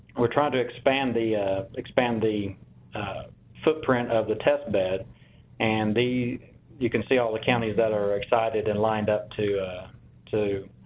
we're trying to expand the expand the footprint of the test bed and you can see all the counties that are excited and lined up to to